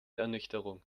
ernüchterung